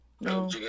no